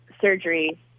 surgery